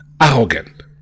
arrogant